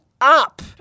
up